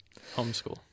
homeschool